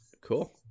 cool